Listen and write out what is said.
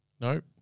Nope